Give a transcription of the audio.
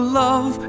love